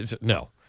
No